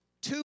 two